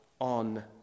on